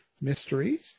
Mysteries